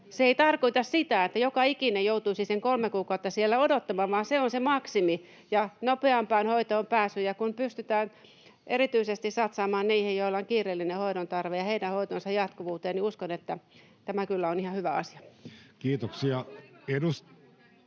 Se ei tarkoita sitä, että joka ikinen joutuisi sen kolme kuukautta siellä odottamaan, vaan se on se maksimi ja nopeampaa hoitoon pääsee. Kun pystytään erityisesti satsaamaan niihin, joilla on kiireellinen hoidon tarve, ja heidän hoitonsa jatkuvuuteen, niin uskon, että tämä kyllä on ihan hyvä asia. [Krista